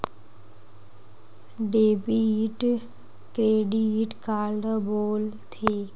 Debit credit काला बोल थे?